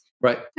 Right